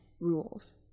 rules